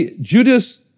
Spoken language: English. Judas